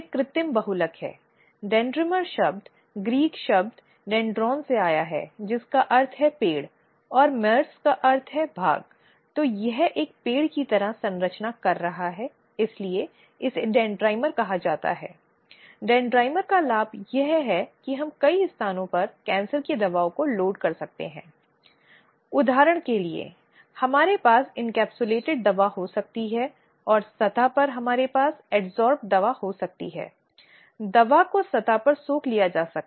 अतः इसलिए जो प्रक्रिया निर्धारित की जानी है वह प्राकृतिक न्याय के सिद्धांतों के साथ होनी चाहिए जो एक अवधारणा है जो कानून के कुछ बुनियादी संकेतकों या बुनियादी मुद्दों में से कुछ में अच्छी तरह से जाना जाता है जो प्राकृतिक न्याय के सिद्धांतों में आता है वह है पूर्वाग्रह के खिलाफ शासन